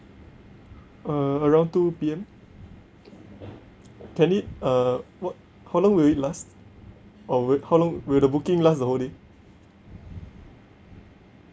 uh around two P_M can it uh what how long will it last or wi~ how long will the booking last the whole day